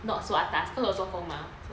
not so atas cause 我做工吗